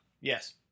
Yes